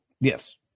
Yes